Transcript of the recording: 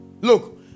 Look